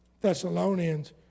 Thessalonians